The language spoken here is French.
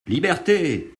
liberté